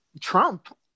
Trump